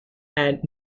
and